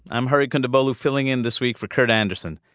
i'm hari kondabolu filling in this week for kurt andersen.